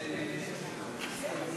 מוותרת, חבר הכנסת אילן גילאון, אינו נוכח.